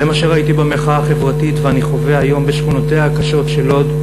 זה מה שראיתי במחאה החברתית ואני חווה היום בשכונותיה הקשות של לוד.